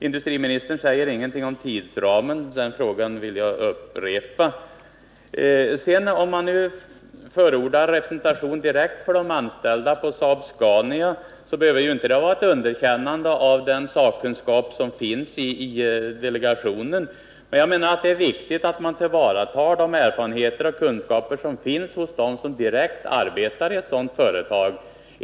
Industriministern sade ingenting om tidsramen, och här vill jag upprepa min fråga. Förordas en direkt representation för de vid Saab-Scania AB anställda, behöver ju detta inte innebära ett underkännande av den sakkunskap som finns i delegationen. Det är viktigt att man tillvaratar de erfarenheter och kunskaper som finns hos dem som direkt arbetar i ett sådant företag.